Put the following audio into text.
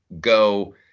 go